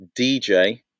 dj